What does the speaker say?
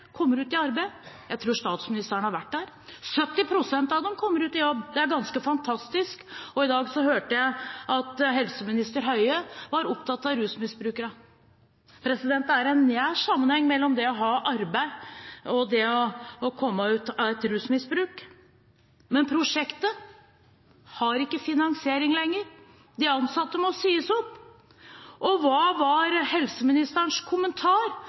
kommer ut i arbeid. Jeg tror statsministeren har vært der. 70 pst. av dem kommer ut i jobb – det er ganske fantastisk. I dag hørte jeg at helseminister Høie var opptatt av rusmisbrukerne. Det er en nær sammenheng mellom det å ha arbeid og det å komme ut av et rusmisbruk. Men prosjektet har ikke finansiering lenger, de ansatte må sies opp. Og hva var helseministerens kommentar